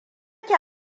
ke